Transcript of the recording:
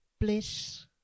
bliss